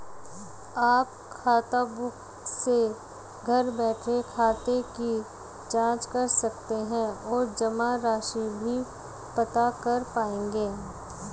आप खाताबुक से घर बैठे खाते की जांच कर सकते हैं और जमा राशि भी पता कर पाएंगे